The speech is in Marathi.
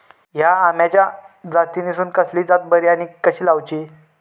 हया आम्याच्या जातीनिसून कसली जात बरी आनी कशी लाऊची?